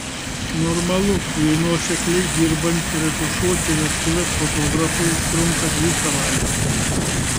normalu jei nuosekliai dirbant retušuoti vestuves fotografui užtrunka dvi savaites